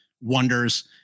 wonders